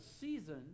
season